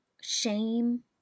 shame